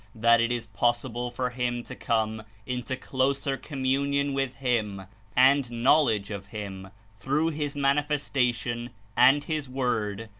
that it is possible for him to come into closer communion with him and knowledge of him through his manifestation and his word,